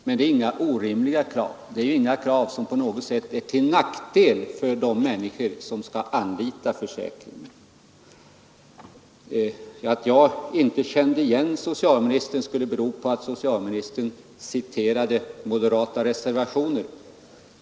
Men det är inga orimliga krav, som på något sätt är till nackdel för de människor som skall anlita försäkringen. Att jag inte kände igen socialministern skulle bero på att han citerade moderata reservationer.